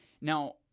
Now